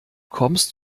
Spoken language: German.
kommst